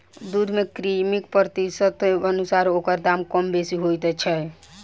दूध मे क्रीमक प्रतिशतक अनुसार ओकर दाम कम बेसी होइत छै